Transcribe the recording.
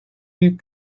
büyük